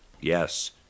Yes